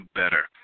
better